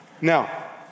Now